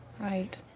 Right